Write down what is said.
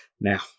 Now